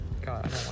god